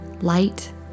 light